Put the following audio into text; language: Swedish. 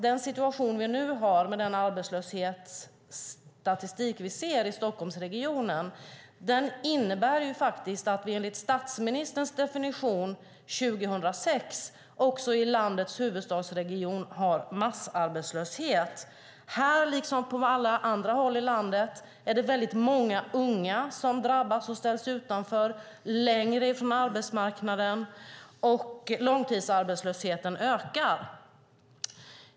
Den situation vi nu har, med den arbetslöshetsstatistik vi ser i Stockholmsregionen, innebär att vi enligt statsministerns definition 2006 också har massarbetslöshet i landets huvudstadsregion. Här liksom på alla andra håll i landet är det väldigt många unga som drabbas och ställs längre från arbetsmarknaden, och långtidsarbetslösheten ökar.